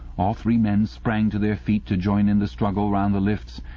all three men sprang to their feet to join in the struggle round the lifts,